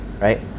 right